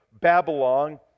Babylon